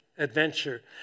Adventure